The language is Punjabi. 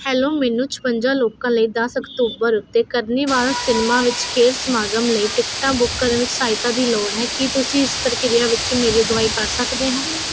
ਹੈਲੋ ਮੈਨੂੰ ਛਪੰਜਾ ਲੋਕਾਂ ਲਈ ਦਸ ਅਕਤੂਬਰ ਉੱਤੇ ਕਾਰਨੀਵਲ ਸਿਨੇਮਾ ਵਿਚ ਖੇਡ ਸਮਾਗਮ ਲਈ ਟਿਕਟਾਂ ਬੁੱਕ ਕਰਨ ਵਿੱਚ ਸਹਾਇਤਾ ਦੀ ਲੋੜ ਹੈ ਕੀ ਤੁਸੀਂ ਇਸ ਪ੍ਰਕਿਰਿਆ ਵਿੱਚ ਮੇਰੀ ਅਗਵਾਈ ਕਰ ਸਕਦੇ ਹੋ